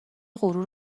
غرور